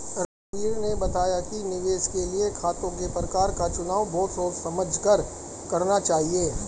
रघुवीर ने बताया कि निवेश के लिए खातों के प्रकार का चुनाव बहुत सोच समझ कर करना चाहिए